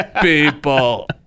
people